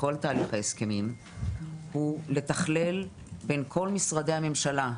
בכל תהליך ההסכמים הוא לתכלל בין כל משרדי הממשלה,